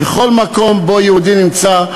בכל מקום שבו יהודי נמצא,